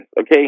okay